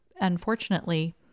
unfortunately